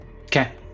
Okay